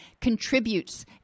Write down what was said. contributes